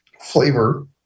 flavor